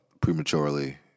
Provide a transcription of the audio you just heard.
Prematurely